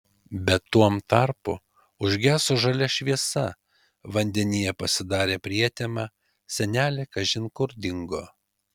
bet tuom tarpu užgeso žalia šviesa vandenyje pasidarė prietema senelė kažin kur dingo